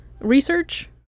research